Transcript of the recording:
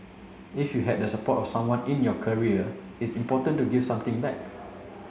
if you had the support of someone in your career it's important to give something back